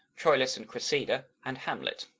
troilus and cressida and hamlet.